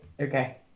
okay